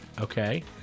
Okay